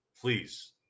please